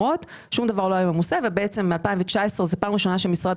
לא היו ממוסות עד 2019. ב-2019 זאת הייתה הפעם הראשונה שמשרד